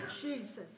Jesus